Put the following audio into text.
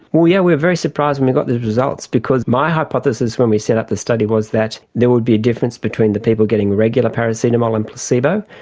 we yeah were very surprised when we got these results because my hypothesis when we set up the study was that there would be a difference between the people getting regular paracetamol and placebo,